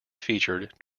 featured